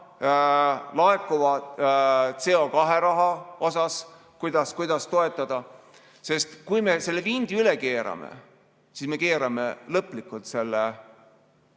laekuva CO2rahaga, kuidas toetada. Kui me selle vindi üle keerame, siis me keerame lõplikult selle